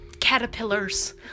caterpillars